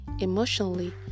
emotionally